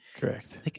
correct